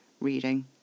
reading